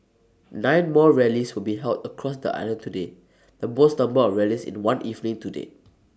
nine more rallies will be held across the island today the most number of rallies in one evening to date